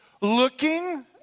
Looking